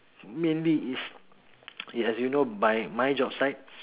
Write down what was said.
mainly is yes as you know by my job site